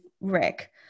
Rick